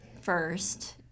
first